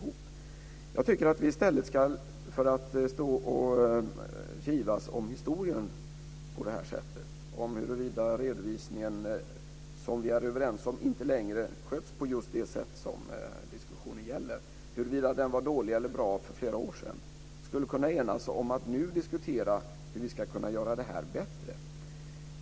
Jag tycker att vi i stället för att kivas om historien på det här sättet - om huruvida redovisningen, som vi är överens om inte längre sköts på just det sätt som diskussionen gäller, var dålig eller bra för flera år sedan - skulle kunna enas om att nu diskutera hur vi ska kunna göra det här bättre.